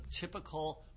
typical